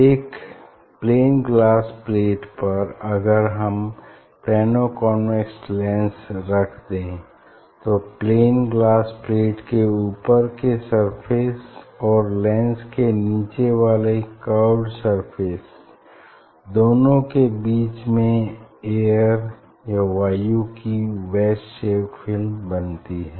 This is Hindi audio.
एक प्लेन ग्लास प्लेट पर अगर हम प्लेनो कॉन्वेक्स लैंस रख दें तो प्लेन ग्लास प्लेट के ऊपर के सरफेस और लैंस के नीचे वाले कर्व्ड सरफेस दोनों के बीच में एयरवायु की वैज शेप्ड फिल्म बनती है